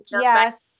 yes